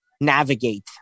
navigate